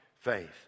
faith